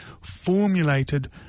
formulated